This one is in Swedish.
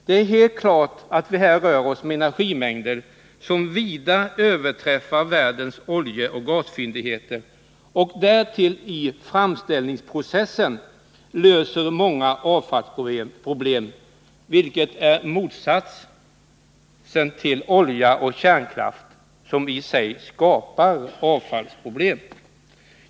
Det är helt klart att vi här rör oss med energimängder som vida överträffar världens oljeoch gasfyndigheter och därtill i framställningsprocessen löser många avfallsproblem, i motsats till olja och kärnkraft, som skapar avfallsproblem.